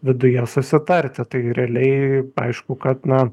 viduje susitarti tai realiai aišku kad na